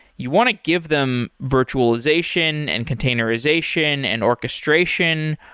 you want to give them virtualization and containerization and orchestration.